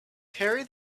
carry